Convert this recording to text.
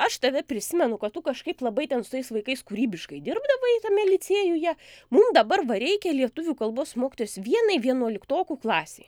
aš tave prisimenu kad tu kažkaip labai ten su tais vaikais kūrybiškai dirbdavai tame licėjuje mum dabar va reikia lietuvių kalbos mokytojos vienai vienuoliktokų klasei